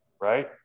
right